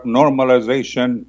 normalization